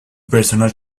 personal